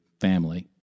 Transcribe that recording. family